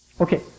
Okay